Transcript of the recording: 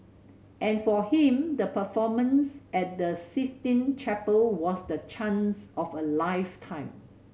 and for him the performance at the Sistine Chapel was the chance of a lifetime